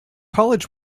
college